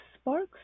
sparks